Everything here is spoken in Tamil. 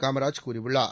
காமராஜ் கூறியுள்ளார்